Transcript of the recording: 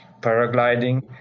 paragliding